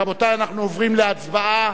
רבותי, אנחנו עוברים להצבעה.